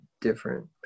different